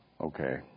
Okay